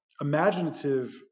imaginative